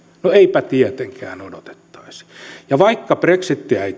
no eipä tietenkään odotettaisi ja vaikka brexitiä ei